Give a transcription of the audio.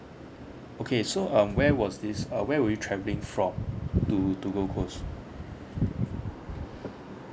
okay so um where was this uh where were you travelling from to to gold coast